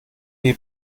bei